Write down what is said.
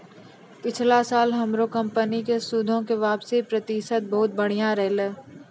पिछला साल हमरो कंपनी के सूदो के वापसी प्रतिशत बहुते बढ़िया रहलै